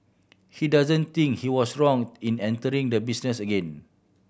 he doesn't think he was wrong in entering the business again